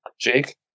jake